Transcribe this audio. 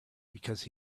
because